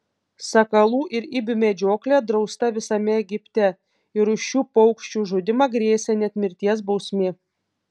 sakalų ir ibių medžioklė drausta visame egipte ir už šių paukščių žudymą grėsė net mirties bausmė